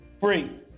Free